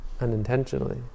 Unintentionally